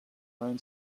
learn